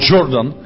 Jordan